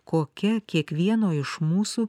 kokia kiekvieno iš mūsų